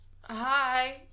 Hi